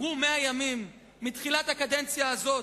עברו 100 ימים מתחילת הקדנציה הזאת,